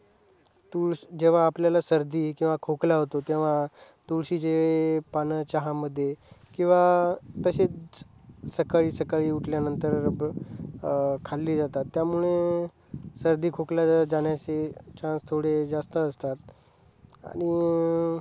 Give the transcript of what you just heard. तुळस जेव्हा आपल्याला सर्दी किंवा खोकला होतो तेव्हा तुळशीचे पानं चहामध्ये किंवा तसेच सकाळी सकाळी उठल्यानंतर खाल्ली जातात त्यामुळे सर्दी खोकल्या जाण्याचे चान्स थोडे जास्त असतात आणि